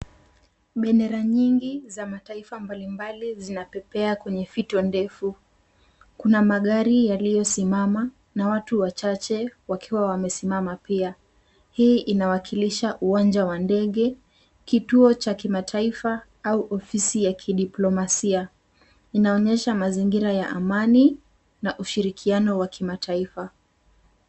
Bendera nyingi za mataifa mbali mbali zinapepea kwenye fito ndefu. Kuna magari yaliyosimama na watu wachache wakiwa wamesimama pia. Hii inawakilisha uwanja wa ndege, kituo cha kimataifa au ofisi ya kidiplomasia. Inaonyesha mazingira ya amani na ushirikiano wa kimataifa.